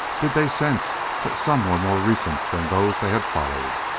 did they sense that some were more recent than those they had followed?